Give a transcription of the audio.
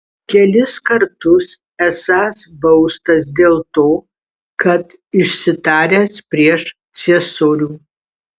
kelis kartus esąs baustas dėl to kad išsitaręs prieš ciesorių